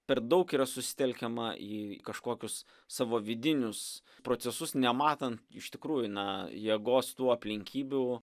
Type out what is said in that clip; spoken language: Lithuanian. per daug yra susitelkiama į kažkokius savo vidinius procesus nematant iš tikrųjų na jėgos tų aplinkybių